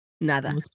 nada